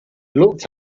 looked